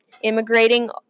immigrating